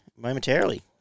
momentarily